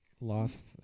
lost